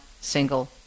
single